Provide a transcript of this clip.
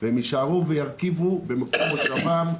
והם יישארו וירקיבו במקום מושבם לנצח,